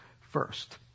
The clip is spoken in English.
first